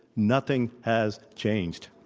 nothing has changed.